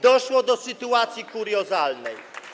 Doszło do sytuacji kuriozalnej.